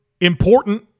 important